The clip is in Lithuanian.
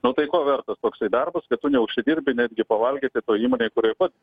nu tai ko vertas toksai darbas kad tu neužsidirbi netgi pavalgyti toj įmonėj kurioj pats